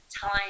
time